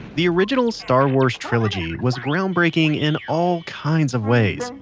the original star wars trilogy was groundbreaking in all kinds of ways.